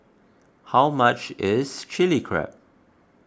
how much is Chilli Crab